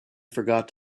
forgot